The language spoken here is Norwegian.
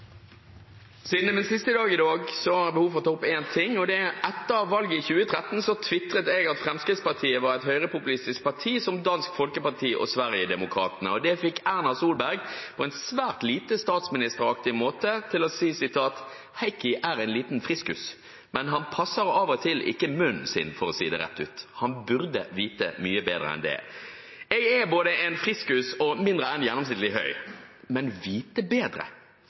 Siden det er min siste dag i dag, har jeg behov for å ta opp én ting, og det er at etter valget i 2013 twitret jeg at Fremskrittspartiet var et høyrepopulistisk parti, som Dansk Folkeparti og Sverigedemokraterna. Det fikk Erna Solberg på en svært lite statsministeraktig måte til å si: «Heikki er en liten friskus, men han passer av og til ikke munnen sin for å si det rett ut. Han burde vite mye bedre enn dette.» Jeg er både en friskus og mindre enn gjennomsnittlig høy, men vite bedre? Erna Solberg vet